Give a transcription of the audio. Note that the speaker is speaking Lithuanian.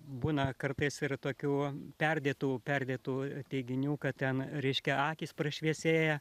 būna kartais ir tokių perdėtų perdėtų teiginių kad ten reiškia akys prašviesėja